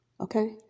Okay